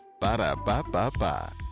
Ba-da-ba-ba-ba